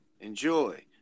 Enjoy